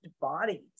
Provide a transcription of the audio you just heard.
bodies